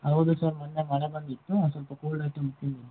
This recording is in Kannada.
ಹೌದು ಸರ್ ಮೊನ್ನೆ ಮಳೆ ಬಂದಿತ್ತು ಒಂದ್ ಸ್ವಲ್ಪ ಕೋಲ್ಡ್ ಐಟಮ್ ತಿಂದಿದ್ದೆ